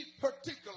particular